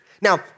Now